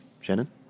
Shannon